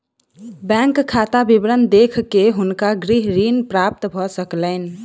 bank खाता विवरण देख के हुनका गृह ऋण प्राप्त भ सकलैन